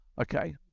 Okay